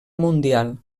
mundial